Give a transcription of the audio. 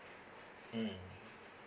mm